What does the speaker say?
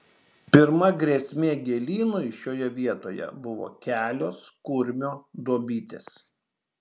pirma grėsmė gėlynui šioje vietoje buvo kelios kurmio duobytės